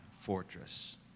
fortress